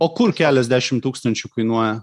o kur keliasdešimt tūkstančių kainuoja